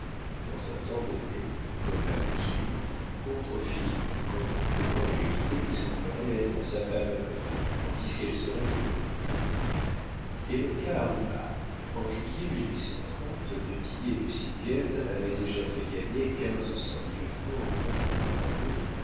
dans un temps donné comme à coup sûr contre philippe quand toutes les probabilités lui sembleraient être en sa faveur tandis qu'elles seraient pour eux et le cas arriva en juillet du tillet et nucingen avaient déjà fait gagner quinze cent mille francs au comte de brambourg